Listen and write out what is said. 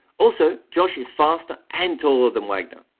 also josh is faster and taller than wagner.